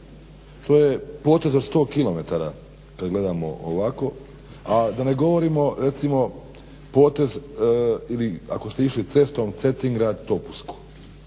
To je potez od 100 km kad gledamo ovako. A da ne govorimo recimo potez ako ste išli cestom Cetingrad-Topusko.